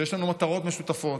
שיש לנו מטרות משותפות,